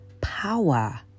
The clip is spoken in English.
power